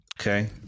Okay